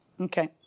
okay